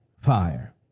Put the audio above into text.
fire